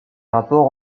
rapports